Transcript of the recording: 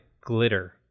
glitter